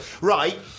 right